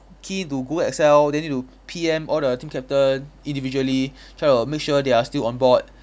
key to google excel then need to P_M all the team captain individually try to make sure they are still onboard